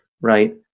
Right